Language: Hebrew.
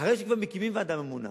אחרי שכבר מקימים ועדה ממונה,